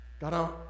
God